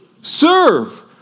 serve